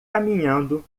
caminhando